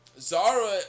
Zara